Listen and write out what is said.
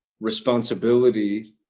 responsibility.